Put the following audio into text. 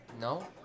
No